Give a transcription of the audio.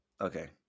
Okay